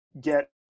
get